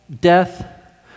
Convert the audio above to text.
death